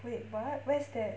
wait what where is that